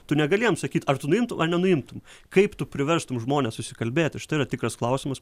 tu negali jam sakyt ar tu nuimtum ar nenuimtum kaip tu priverstum žmones susikalbėti štai yra tikras klausimas